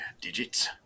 digits